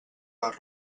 les